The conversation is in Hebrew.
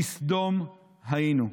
לסדום היינו.